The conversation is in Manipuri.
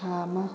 ꯊꯥꯥ ꯑꯃ